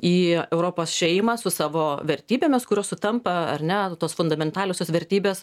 į europos šeimą su savo vertybėmis kurios sutampa ar ne tos fundamentaliosios vertybės